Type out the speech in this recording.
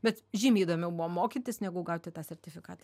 bet žymiai įdomiau buvo mokytis negu gauti tą sertifikatą